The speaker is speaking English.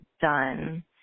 done